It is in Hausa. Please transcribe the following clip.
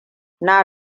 na